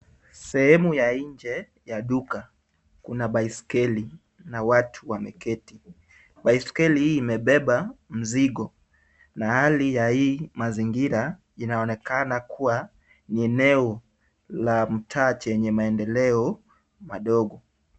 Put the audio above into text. Sehemu ya nje ya duka. Kuna baiskeli na watu wameketi. Baiskeli hii imebeba mzigo na hali ya hii mazingira inaonekana kuwa ni eneo la mtaa chenye maendeleo madogo.